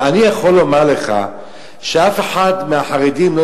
אני יכול לומר לך שאף אחד מהחרדים לא